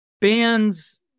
bands